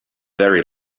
very